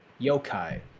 yokai